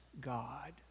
God